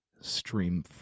stream